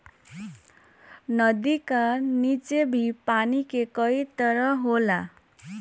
नदी का नीचे भी पानी के कई तह होला